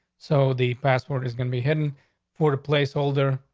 so the password is gonna be him for the place holder.